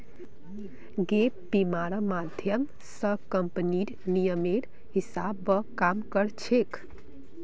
gap बीमा र माध्यम स कम्पनीर नियमेर हिसा ब काम कर छेक